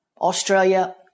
Australia